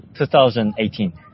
2018